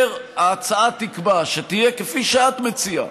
ההצעה תקבע שתהיה,